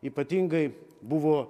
ypatingai buvo